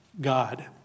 God